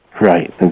Right